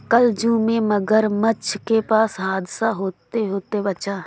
कल जू में मगरमच्छ के पास हादसा होते होते बचा